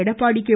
Edappadi K